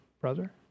brother